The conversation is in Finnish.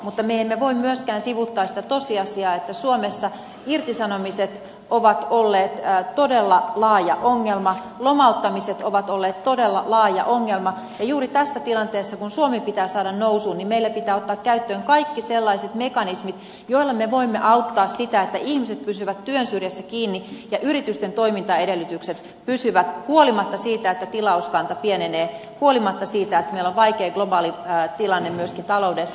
mutta me emme voi myöskään sivuuttaa sitä tosiasiaa että suomessa irtisanomiset ovat olleet todella laaja ongelma lomauttamiset ovat olleet todella laaja ongelma ja juuri tässä tilanteessa kun suomi pitää saada nousuun meillä pitää ottaa käyttöön kaikki sellaiset mekanismit joilla me voimme auttaa sitä että ihmiset pysyvät työn syrjässä kiinni ja yritysten toimintaedellytykset pysyvät huolimatta siitä että tilauskanta pienenee huolimatta siitä että meillä on vaikea globaali tilanne myöskin taloudessa